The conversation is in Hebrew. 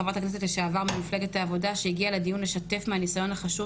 חברת הכנסת לשעבר ממפלגת העבודה שהגיעה לדיון לשתף מהניסיון החשוב